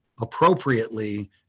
appropriately